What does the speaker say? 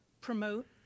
promote